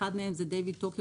דיוויד טוקר,